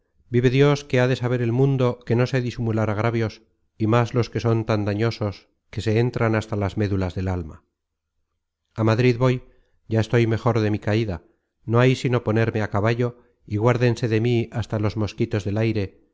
vive dios que ha de saber el mundo que no sé disimular agravios y más los que son tan dañosos que se entran hasta las médulas del alma a madrid voy ya estoy mejor de mi caida no hay sino ponerme á caballo y guardense de mí hasta los mosquitos del aire y